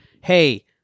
hey